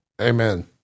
Amen